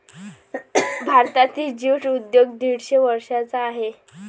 भारतातील ज्यूट उद्योग दीडशे वर्षांचा आहे